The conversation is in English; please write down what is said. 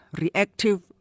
reactive